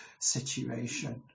situation